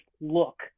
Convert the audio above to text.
look